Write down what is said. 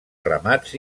ramats